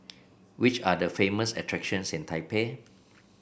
which are the famous attractions in Taipei